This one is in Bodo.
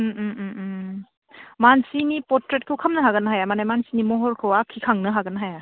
मानसिनि परट्रेटखौ खालामनो हागोन ना हाया माने मानसिनि महरखौ आखिखांनो हागोन ना हाया